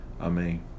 Amen